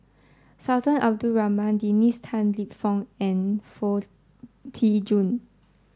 Sultan Abdul Rahman Dennis Tan Lip Fong and Foo Tee Jun